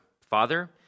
Father